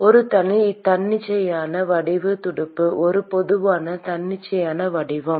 ஒரு தன்னிச்சையான வடிவ துடுப்பு ஒரு பொதுவான தன்னிச்சையான வடிவம்